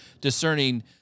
Discerning